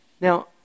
Now